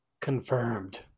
Confirmed